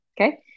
Okay